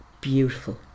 beautiful